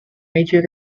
meiji